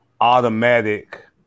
automatic